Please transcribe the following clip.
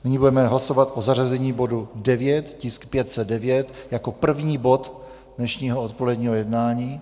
Nyní budeme hlasovat o zařazení bodu 9, tisk 509, jako první bod dnešního odpoledního jednání.